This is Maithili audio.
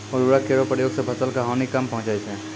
उर्वरक केरो प्रयोग सें फसल क हानि कम पहुँचै छै